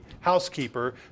housekeeper